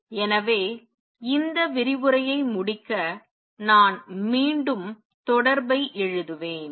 எனவே இந்த விரிவுரையை முடிக்க நான் மீண்டும் தொடர்பை எழுதுவேன்